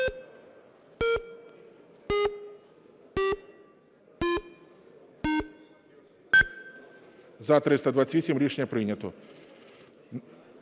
За-328 Рішення прийнято.